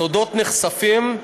סודות נחשפים,